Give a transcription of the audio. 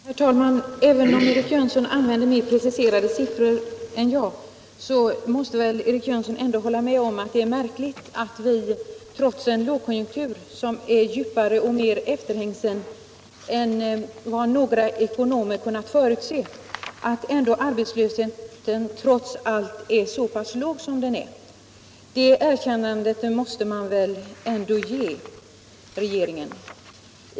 Herr talman! Även om Eric Jönsson använde mer preciserade siffror än jag gjorde måste väl Eric Jönsson ändå hålla med om att det är märkligt att trots en lågkonjunktur som är djupare och mer efterhängsen än vad några ekonomer kunnat förutse arbetslösheten är så pass låg som den är. Det erkännandet måste man väl ändå ge regeringen.